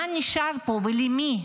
מה נשאר פה ולמי בדיוק?